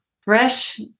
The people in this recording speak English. Fresh